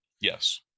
yes